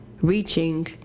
reaching